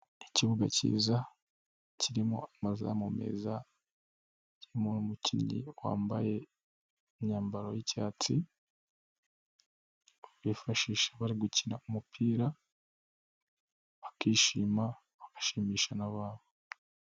Ikibuga cyiza, kirimo amazamu meza, kirimo umukinnyi wambaye imyambaro y'icyatsi bifashisha bari gukina umupira, bakishima, bagashimisha n'abandi.